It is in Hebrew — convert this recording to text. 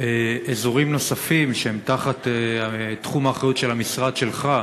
אזורים נוספים שהם תחת תחום האחריות של המשרד שלך,